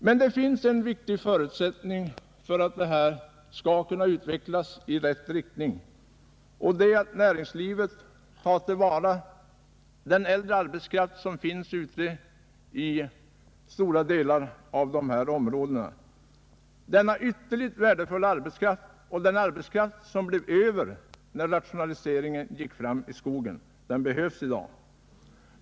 Men det finns en viktig förutsättning för att utvecklingen skall gå i rätt riktning, och det är att näringslivet tar till vara den äldre arbetskraft som finns ute i stora delar av dessa områden. Denna ytterligt värdefulla arbetskraft och den arbetskraft som blev över när rationaliseringen gick fram i skogen behövs idag.